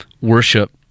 worship